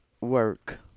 work